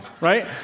right